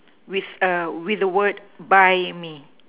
with a with the word buy me